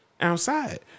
outside